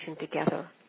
together